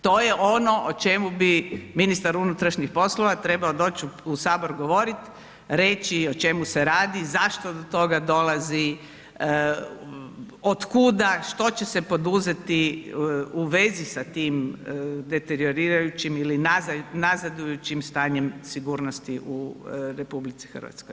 To je ono o čemu bi ministar unutrašnjih poslova trebao doći u Sabor govoriti, reći o čemu se radi, zašto do toga dolazi, otkuda, što će se poduzeti u vezi sa tim deteriorirajućim ili nazadujućim stanjem sigurnosti u RH.